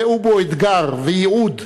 ראו בו אתגר וייעוד,